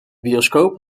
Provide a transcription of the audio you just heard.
bioscoop